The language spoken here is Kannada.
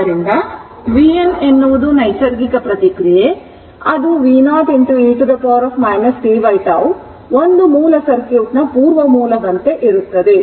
ಆದ್ದರಿಂದ vn ಎನ್ನುವುದು ನೈಸರ್ಗಿಕ ಪ್ರತಿಕ್ರಿಯೆ ಅದು v0 e t tτ ಒಂದು ಮೂಲ ಸರ್ಕ್ಯೂಟ್ ನ ಪೂರ್ವ ಮೂಲದಂತೆ ಇರುತ್ತದೆ